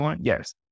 Yes